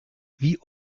wie